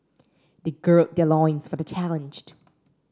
they gird their loins for the challenge